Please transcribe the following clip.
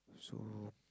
so